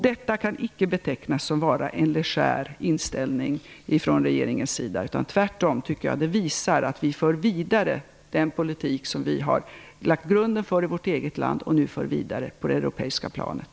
Detta kan inte betecknas som att regeringen har en legär inställning. Tvärtom tycker jag att det visar att vi för vidare den politik som vi har lagt grunden för i vårt eget land på det europeiska planet.